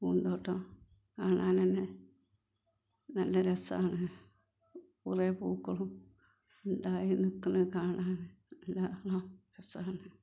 പൂന്തോട്ടം കാണാൻ തന്നെ നല്ല രസമാണ് കുറേ പൂക്കളും ഉണ്ടായി നിൽക്കുന്നത് കാണാൻ നല്ലവണ്ണം രസമാണ്